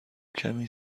کمی